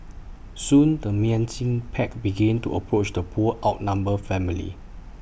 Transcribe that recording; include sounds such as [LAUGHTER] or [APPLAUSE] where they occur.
soon the [UNINTELLIGIBLE] pack began to approach the poor outnumbered family